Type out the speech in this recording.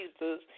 Jesus